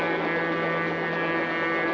and